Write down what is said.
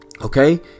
Okay